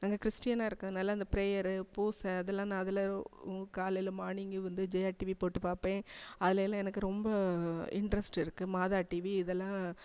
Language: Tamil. நாங்கள் கிறிஸ்டியனா இருக்கிறதனால அந்த ப்ரேயர் பூசை அதெல்லாம் நான் அதில் உ காலையில் மார்னிங்கு வந்து ஜெயா டிவி போட்டு பார்ப்பேன் அதுலேயெல்லாம் எனக்கு ரொம்ப இன்ட்ரஸ்ட் இருக்குது மாதா டிவி இதெல்லாம்